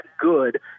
good